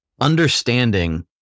understanding